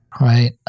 right